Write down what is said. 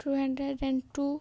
two hundred and two